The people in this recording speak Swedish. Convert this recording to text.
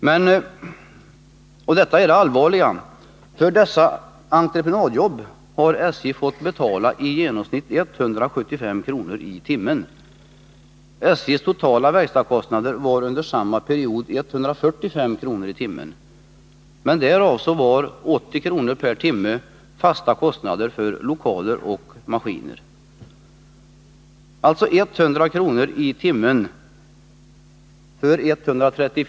Men — och detta är det allvarliga — för dessa entreprenadarbeten har SJ fått betala i genomsnitt 175 kr. tim. — men därav var 80 kr. tim.